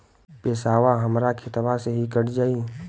पेसावा हमरा खतवे से ही कट जाई?